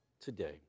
today